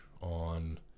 on